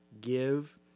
Give